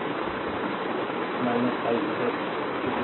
resistance है